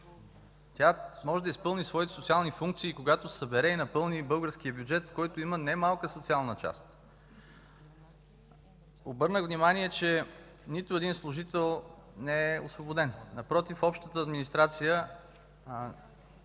Тя може да изпълни своите социални функции, когато събере и напълни българския бюджет, който има немалка социална част. Обърнах внимание, че нито един служител не е освободен. Напротив, общата администрация